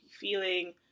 feeling